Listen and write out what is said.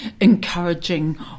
encouraging